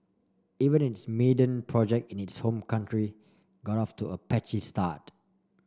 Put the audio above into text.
even its maiden project in its home country got off to a patchy start